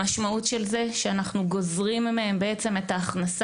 המשמעות של זה היא שאנחנו גוזרים מהם את ההכנסה